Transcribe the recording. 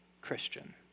Christian